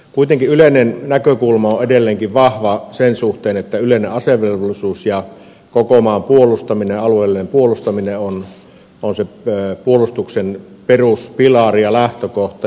kuitenkin yleinen näkökulma on edelleenkin vahva sen suhteen että yleinen asevelvollisuus ja koko maan alueellinen puolustaminen on se puolustuksen peruspilari ja lähtökohta